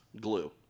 glue